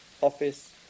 office